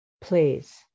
Please